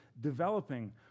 developing